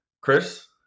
Chris